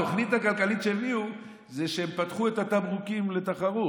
התוכנית הכלכלית שהביאו זה שהם פתחו את התמרוקים לתחרות.